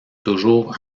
toujours